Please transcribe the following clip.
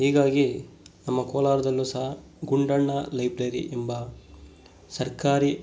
ಹೀಗಾಗಿ ನಮ್ಮ ಕೋಲಾರದಲ್ಲು ಸಹ ಗುಂಡಣ್ಣ ಲೈಬ್ರೆರಿ ಎಂಬ ಸರ್ಕಾರಿ